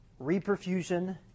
reperfusion